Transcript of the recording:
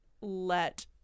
let